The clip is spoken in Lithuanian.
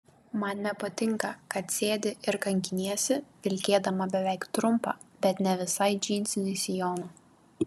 man nepatinka kad sėdi ir kankiniesi vilkėdama beveik trumpą bet ne visai džinsinį sijoną